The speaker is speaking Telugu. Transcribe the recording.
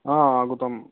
ఆగుతాం